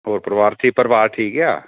ਹੋਰ ਪਰਿਵਾਰ ਠੀਕ ਪਰਿਵਾਰ ਠੀਕ ਆ